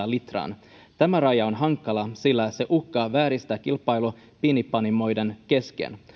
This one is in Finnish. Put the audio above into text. litraan tämä raja on hankala sillä se uhkaa vääristää kilpailua pienpanimoiden kesken